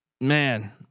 man